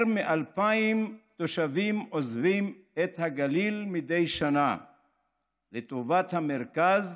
יותר מ-2,000 תושבים עוזבים את הגליל מדי שנה לטובת המרכז,